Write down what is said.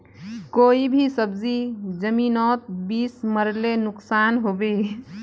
कोई भी सब्जी जमिनोत बीस मरले नुकसान होबे?